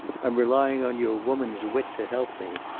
i'm relying on your woman's wit to help me.